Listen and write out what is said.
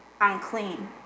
unclean